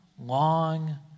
long